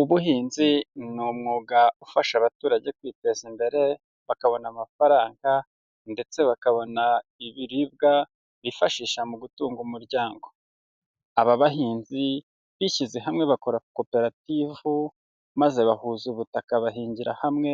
Ubuhinzi ni umwuga ufasha abaturage kwiteza imbere, bakabona amafaranga ndetse bakabona ibiribwa bifashisha mu gutunga umuryango. Aba bahinzi bishyize hamwe bakora koperative maze bahuza ubutaka bahingira hamwe